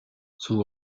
son